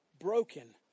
broken